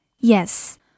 Yes